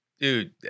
Dude